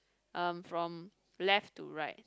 um from left to right